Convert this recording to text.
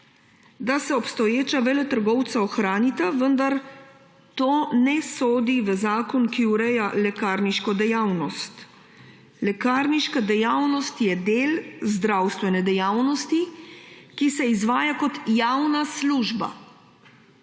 da se obstoječa veletrgovca ohranita, vendar to ne sodi v zakon, ki ureja lekarniško dejavnost. Lekarniška dejavnost je del zdravstvene dejavnosti, ki se izvaja kot javna služba.